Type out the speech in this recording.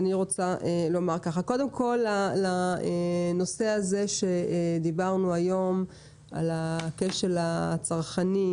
אני רוצה באמת לשמוע כמה תלונות התקבלו ברשות להגנת הצרכן,